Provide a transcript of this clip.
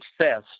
success